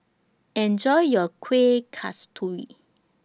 Enjoy your Kueh Kasturi